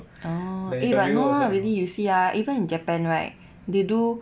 oo but eh no lah really you see ah even in japan right they do